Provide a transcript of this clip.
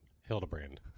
Hildebrand